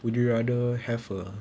would you rather have a